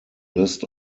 list